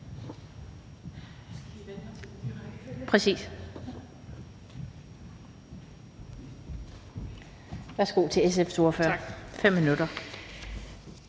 Tak til SF's ordfører,